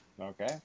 Okay